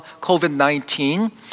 COVID-19